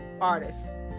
artists